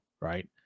right